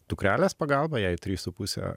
dukrelės pagalba jei trys su puse